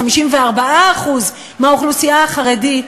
54% מהאוכלוסייה החרדית,